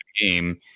game